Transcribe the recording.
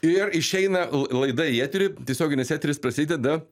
ir išeina laida į eterį tiesioginis eteris prasideda